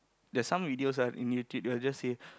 there's some videos ah in YouTube they will just say